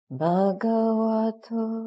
bhagavato